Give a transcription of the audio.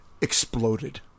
exploded